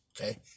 Okay